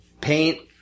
Paint